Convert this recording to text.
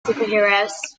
superheroes